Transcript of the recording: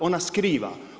Ona skriva.